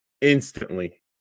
instantly